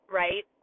right